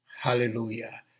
Hallelujah